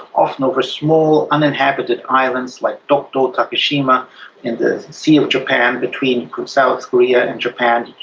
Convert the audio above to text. often over small uninhabited islands like dokdo takeshima in the sea of japan between south korea and japan.